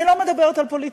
אני לא מדברת על פוליטיקאים,